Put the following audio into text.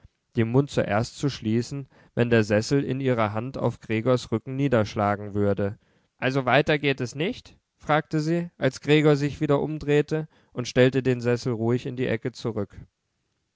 den mund erst zu schließen wenn der sessel in ihrer hand auf gregors rücken niederschlagen würde also weiter geht es nicht fragte sie als gregor sich wieder umdrehte und stellte den sessel ruhig in die ecke zurück